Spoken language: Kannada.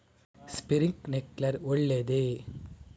ಸ್ಪಿರಿನ್ಕ್ಲೆರ್ ಒಳ್ಳೇದೇ?